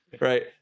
right